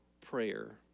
prayer